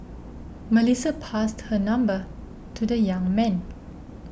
Melissa passed her number to the young man